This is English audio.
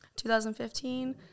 2015